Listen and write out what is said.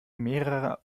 mehrerer